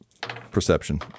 perception